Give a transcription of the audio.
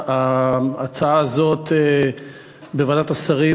וההצעה הזאת נדחתה בוועדת השרים.